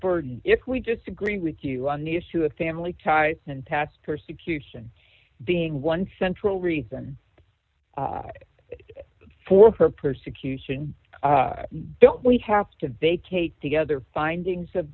burden if we disagree with you on the issue of family ties and tat's persecution being one central reason for her persecution don't we have to vacate together findings of